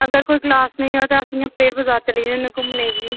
अगर कोई क्लास नेईं होऐ ते अस इ'यां परेड बजार चली जन्ने होन्ने घूमने गी